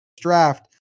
draft